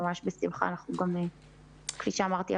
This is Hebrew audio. כפי שאמרתי,